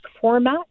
format